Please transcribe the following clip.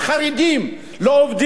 לא עובדים, לא משרתים,